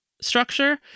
structure